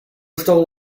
stole